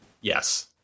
Yes